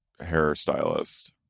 hairstylist